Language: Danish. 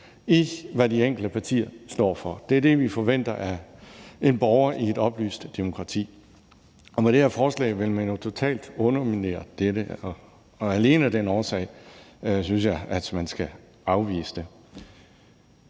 i, hvad de enkelte partier står for. Det er det, vi forventer af en borger i et oplyst demokrati. Og med det her forslag vil man jo totalt underminere dette, og alene af den årsag synes jeg, at man skal afvise det.